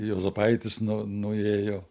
juozapaitis nu nuėjo